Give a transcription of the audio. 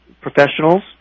professionals